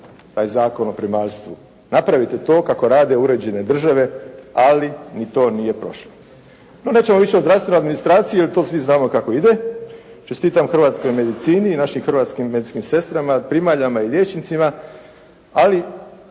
taj Zakon o primaljstvu. Napravite to kako rade uređene države ali ni to nije prošlo. No nećemo više o zdravstvenoj administraciji jer to svi znamo kako ide. Čestitam hrvatskoj medicini i našim hrvatskim medicinskim sestrama, primaljama i liječnicima. Ali